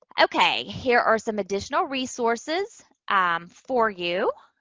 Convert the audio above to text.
okay, here are some additional resources um for you.